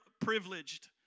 privileged